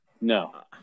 No